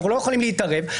אנחנו לא יכולים להתערב,